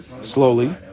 slowly